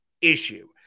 issue